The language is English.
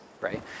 right